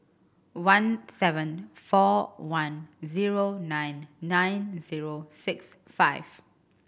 one seven four one zero nine nine zero six five